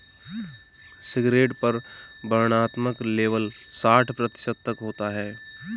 cigarette पर वर्णनात्मक label साठ प्रतिशत तक होता है